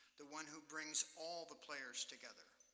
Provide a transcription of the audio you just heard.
the one who brings all the players together.